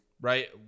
Right